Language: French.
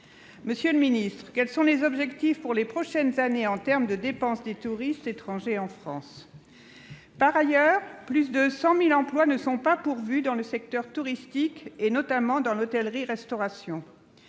Monsieur le secrétaire d'État, quels sont les objectifs pour les prochaines années en matière de dépenses des touristes étrangers en France ? Par ailleurs, plus de 100 000 emplois ne sont pas pourvus dans le secteur touristique, et notamment dans l'hôtellerie-restauration.